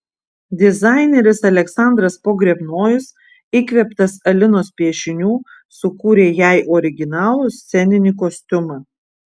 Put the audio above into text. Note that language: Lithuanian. dizaineris aleksandras pogrebnojus įkvėptas alinos piešinių sukūrė jai originalų sceninį kostiumą